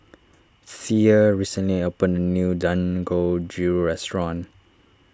thea recently opened a new Dangojiru restaurant